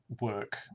work